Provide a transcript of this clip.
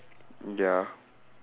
ya